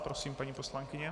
Prosím, paní poslankyně.